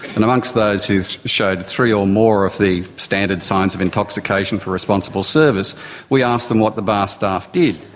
and amongst those who showed three or more of the standard signs of intoxication for responsible service we asked them what the bar staff did.